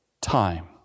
time